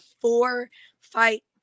four-fight